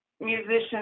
musicians